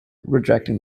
rejecting